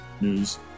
News